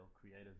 creative